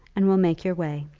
and will make your way.